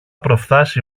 προφθάσει